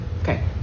okay